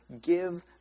give